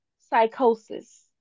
psychosis